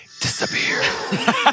disappear